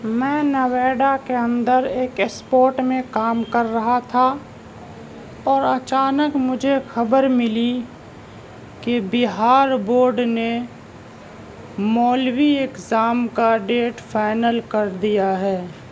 میں نویڈا کے اندر ایک اسپوٹ میں کام کر رہا تھا اور اچانک مجھے خبر ملی کہ بہار بورڈ نے مولوی ایگزام کا ڈیٹ فائنل کر دیا ہے